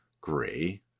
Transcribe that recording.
gray